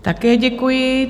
Také děkuji.